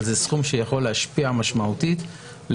אבל זה סכום שיכול להשפיע משמעותית על